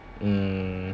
mm